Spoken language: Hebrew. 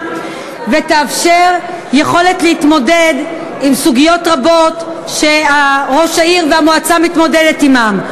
ותאפשר יכולת להתמודד עם סוגיות רבות שראש העיר והמועצה מתמודדים עמן.